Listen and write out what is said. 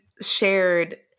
shared